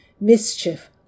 Mischief